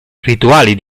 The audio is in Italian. rituali